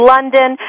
London